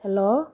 hello